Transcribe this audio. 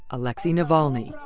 alexei navalny.